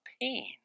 pain